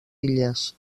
illes